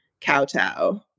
kowtow